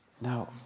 Now